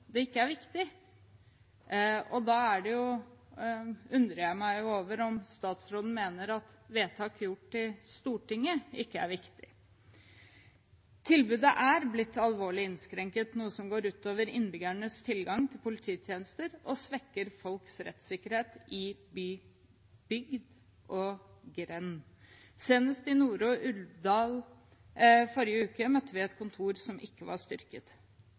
det ikke er viktig. Da undrer jeg på om statsråden mener at vedtak gjort i Stortinget, ikke er viktig. Tilbudet er blitt alvorlig innskrenket, noe som går ut over innbyggernes tilgang til polititjenester og svekker folks rettsikkerhet i bygd og grend. Senest i Nore og Uvdal forrige uke besøkte vi et kontor som ikke var styrket.